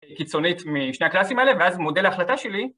קיצונית משני הקלאסים האלה ואז מודל ההחלטה שלי